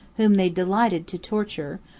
whom they delighted to torture,